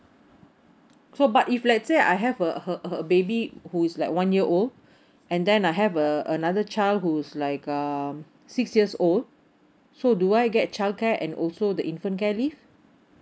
so but if let's say I have a a a baby who is like one year old and then I have a another child who's like um six years old so do I get childcare and also the infant care leave